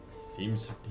seems